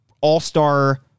all-star